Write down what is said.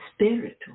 spiritual